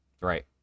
Right